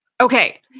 Okay